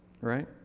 right